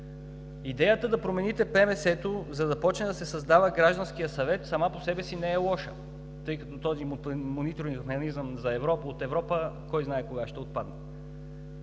Идеята да промените ПМС-то, за да започне да се създава Гражданският съвет, сама по себе си не е лоша, тъй като този мониторингов механизъм от Европа кой знае кога ще отпадне.